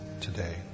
today